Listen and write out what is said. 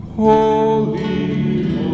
Holy